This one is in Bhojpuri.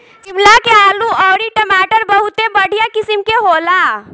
शिमला के आलू अउरी टमाटर बहुते बढ़िया किसिम के होला